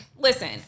Listen